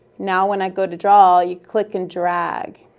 now, when i go to draw, you click and drag,